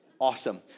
Awesome